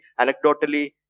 anecdotally